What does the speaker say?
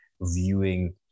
viewing